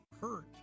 hurt